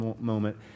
moment